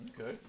Okay